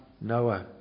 Noah